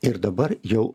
ir dabar jau